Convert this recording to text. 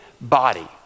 body